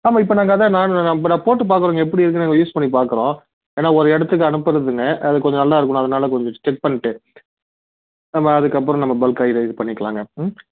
ஆமாம் இப்போ நாங்கள் அதுதான் நான் நானும் அப்போ நான் போட்டு பார்க்குறோங்க எப்படி இருக்குன்னு நாங்கள் யூஸ் பண்ணி பார்க்குறோம் ஏன்னால் ஒரு இடத்துக்கு அனுப்புகிறதுங்க அது கொஞ்சம் நல்லா இருக்கணும் அதனால் கொஞ்சம் செக் பண்ணிட்டு நம்ம அதுக்கப்புறம் நம்ம பல்க்கா இதை இது பண்ணிக்கலாங்க ம்